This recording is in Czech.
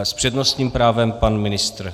S přednostním právem pan ministr.